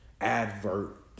advert